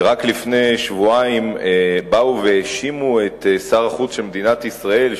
שרק לפני שבועיים באו והאשימו את שר החוץ של מדינת ישראל,